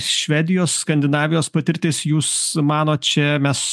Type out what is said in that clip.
švedijos skandinavijos patirtis jūs manot čia mes